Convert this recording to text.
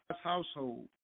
household